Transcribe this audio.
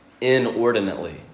inordinately